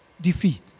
defeat